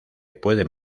pueden